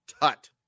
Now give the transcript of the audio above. Tut